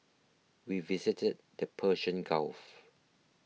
we visited the Persian Gulf